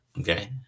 Okay